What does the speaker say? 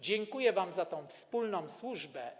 Dziękuję wam za tę wspólną służbę.